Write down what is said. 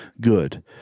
good